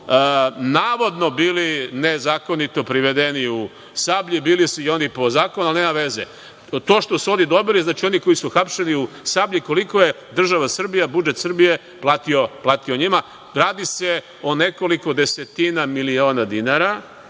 su navodno bili nezakonito privedeni u „Sablji“. Bili su i oni po zakonu, ali nema veze. To što su oni dobili, znači, oni koji su hapšeni u „Sablji“, koliko je država Srbija, budžet Srbije platio njima. Radi se o nekoliko desetina miliona dinara,